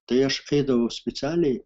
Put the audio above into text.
tai aš eidavau specialiai